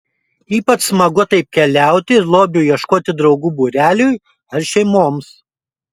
ypač smagu taip keliauti ir lobio ieškoti draugų būreliui ar šeimoms